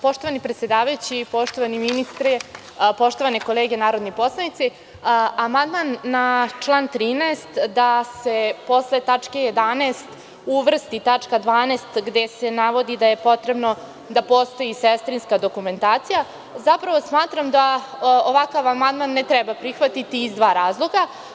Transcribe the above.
Poštovani predsedavajući, poštovani ministre, poštovane kolege narodni poslanici, amandman na član 13. da se posle tačke 11) uvrsti tačka 12), gde se navodi da je potrebno da postoji sestrinska dokumentacija, zapravo smatram da ovakav amandman ne treba prihvatiti iz dva razloga.